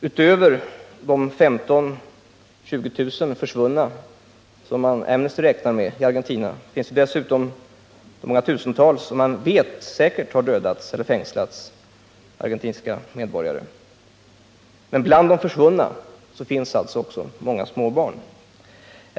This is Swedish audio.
Utöver de 15 000-20 000 försvunna i Argentina som Amnesty räknar med finns det vidare många tusental argentinska medborgare som man säkert vet har dödats eller fängslats. Bland de försvunna finns alltså också många småbarn.